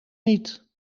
niet